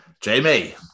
Jamie